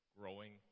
growing